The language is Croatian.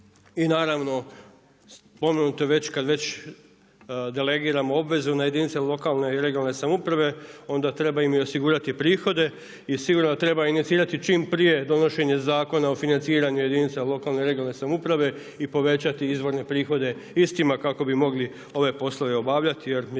I naravno, spomenuto je već kad već delegiramo obvezu na jedinice lokalne i regionalne samouprave, onda treba im osigurati prihode i sigurno da treba inicirati čim prije donošenje Zakona o financiranju jedinica lokalne i regionalne samouprave i povećati izvorne prihode istima kako bi mogli ove poslove obavljati jer